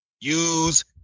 use